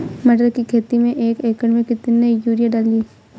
मटर की खेती में एक एकड़ में कितनी यूरिया डालें?